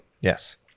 Yes